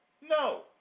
No